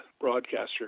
broadcaster